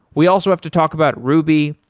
we also have to talk about ruby,